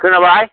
खोनाबाय